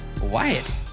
Wyatt